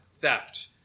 theft